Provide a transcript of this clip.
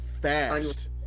fast